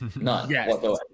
none